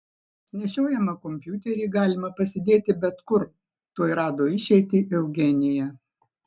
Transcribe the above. nešiojamą kompiuterį galima pasidėti bet kur tuoj rado išeitį eugenija